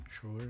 sure